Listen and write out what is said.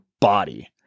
body